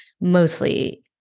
mostly